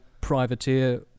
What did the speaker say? privateer